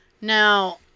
Now